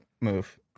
move